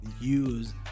use